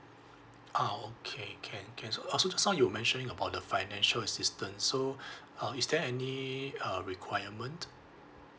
ah okay can can so uh so just now you mention about the financial assistant so uh is there any uh requirement